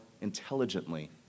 intelligently